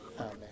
Amen